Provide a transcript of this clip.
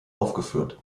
aufgeführt